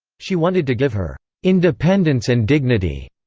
she wanted to give her independence and dignity.